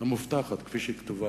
המובטחת, כפי שהיא כתובה.